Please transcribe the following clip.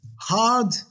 hard